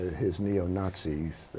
his neo-nazis.